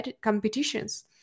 competitions